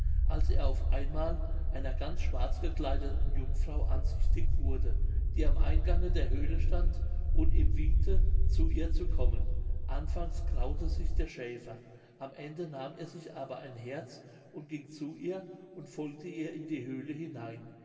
als er auf einmal einer ganz schwarz gekleideten jungfrau ansichtig wurde die am eingange der höhle stand und ihm winkte zu ihr zu kommen anfangs graute sich der schäfer am ende nahm er sich aber ein herz und ging zu ihr und folgte ihr in die höhle hinein